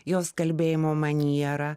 jos kalbėjimo manierą